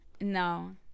No